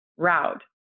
Route